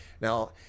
Now